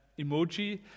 emoji